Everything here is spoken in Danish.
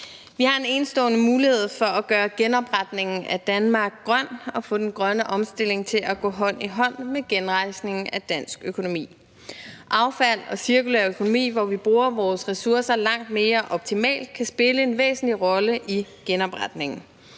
Vi har en enestående mulighed for at gøre genopretningen af Danmark grøn og få den grønne omstilling til at gå hånd i hånd med genrejsningen af dansk økonomi. Affald og cirkulær økonomi, hvor vi bruger vores ressourcer langt mere optimalt, kan spille en væsentlig rolle i genopretningen.